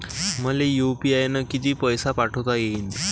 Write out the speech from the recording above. मले यू.पी.आय न किती पैसा पाठवता येईन?